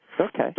Okay